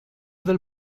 del